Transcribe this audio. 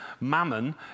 mammon